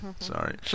Sorry